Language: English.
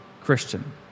Christian